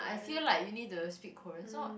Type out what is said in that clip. I feel like you need to speak Korean so